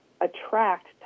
attract